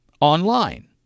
online